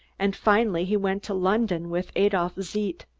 and finally he went to london with adolph zeidt.